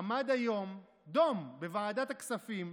עמד היום דום בוועדת הכספים.